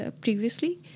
previously